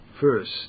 first